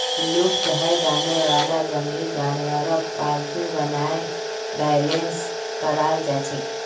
लुप्त हैं जाने वाला जंगली जानवरक पालतू बनाए बेलेंस कराल जाछेक